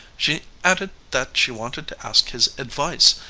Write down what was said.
she added that she wanted to ask his advice,